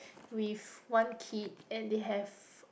with one kid and they have